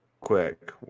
Quick